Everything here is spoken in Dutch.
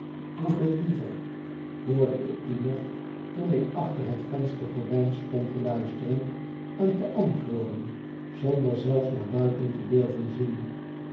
hoeveel liever hoorde ik die nog toen ik achter het venstergordijn stond te luisteren en te antwoorden zonder zelfs naar buiten te durven zien